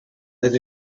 that